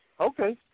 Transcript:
Okay